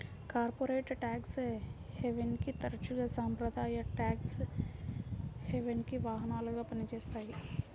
corporate tax హెవెన్ని తరచుగా సాంప్రదాయ ట్యేక్స్ హెవెన్కి వాహనాలుగా పనిచేస్తాయి